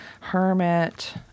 hermit